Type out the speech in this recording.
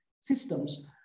systems